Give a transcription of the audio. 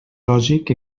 lògic